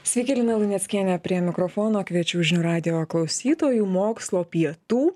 sveiki lina luneckienė prie mikrofono kviečiu žinių radijo klausytojų mokslo pietų